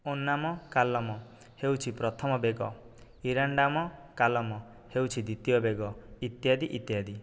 Onnam column ହେଉଛି ପ୍ରଥମ ବେଗ ଇରାଣ୍ଡାମ କାଲମ ହେଉଛି ଦ୍ୱିତୀୟ ବେଗ ଇତ୍ୟାଦି ଇତ୍ୟାଦି